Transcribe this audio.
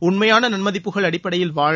உண்மையான நன்மதிப்புகள் அடிப்படையில் வாழ